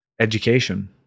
education